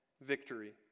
victory